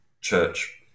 church